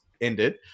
ended